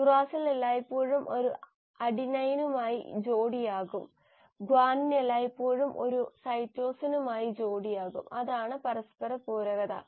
uracil എല്ലായ്പ്പോഴും ഒരു അഡിനൈനുമായി ജോടിയാക്കും ഗ്വാനിൻ എല്ലായ്പ്പോഴും ഒരു സൈറ്റോസിനുമായി ജോടിയാക്കും അതാണ് പരസ്പരപൂരകത